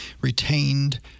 retained